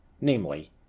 namely